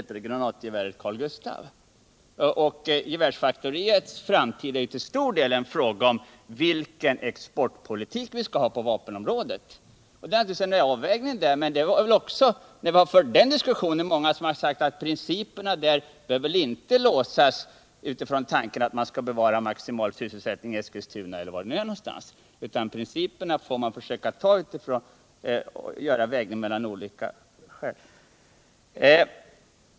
Gevärsfaktoriets framtid är därmed till stor del en fråga om vilken exportpolitik vi skall ha på vape 2området. När vi för den diskussionen är det många som säger att principerna inte bör låsas utifrån tanken att man skall bevara maximal sysselsättning i Eskilstuna eller vilken ort det kan gälla, utan att man får göra en avvägning mellan olika faktorer.